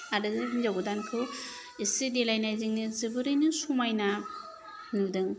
आरो जे हिनजाव गोदानखौ एसे देलायनायजोंनो जोबोरैनो समायना नुदों